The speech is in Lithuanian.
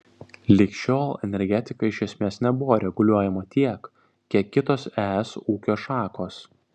lig šiol energetika iš esmės nebuvo reguliuojama tiek kiek kitos es ūkio šakos